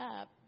up